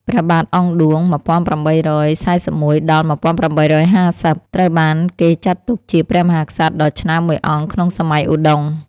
ព្រះបាទអង្គឌួង (១៨៤១-១៨៥០) ត្រូវបានគេចាត់ទុកជាព្រះមហាក្សត្រដ៏ឆ្នើមមួយអង្គក្នុងសម័យឧដុង្គ។